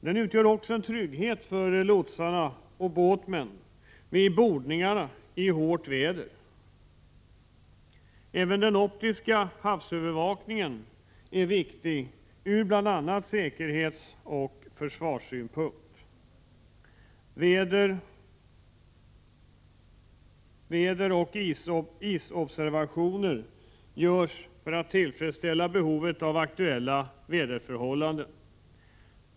Den utgör också en trygghet för lotsar och båtmän vid bordningar i hårt väder. Även den optiska havsövervakningen är viktig ur bl.a. säkerhetsoch försvarssynpunkt. Väderoch isobservationer görs för att tillfredsställa behovet av information om aktuella väderförhållanden.